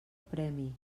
premi